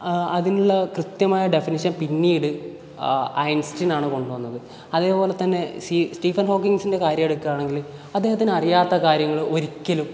അതിനുള്ള കൃത്യമായ ഡെഫനിഷൻ പിന്നീട് ഐൻസ്റ്റീനാണ് കൊണ്ട് വന്നത് അതേപോലെ തന്നെ സ്റ്റീഫൻ ഹോക്കിൻസിൻ്റെ കാര്യം എടുക്കുകയാണെങ്കിൽ അദ്ദേഹത്തിന് അറിയാത്ത കാര്യങ്ങള് ഒരിക്കലും